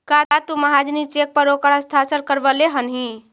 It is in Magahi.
का तु महाजनी चेक पर ओकर हस्ताक्षर करवले हलहि